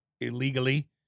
illegally